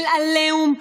של עליהום,